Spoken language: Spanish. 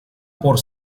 por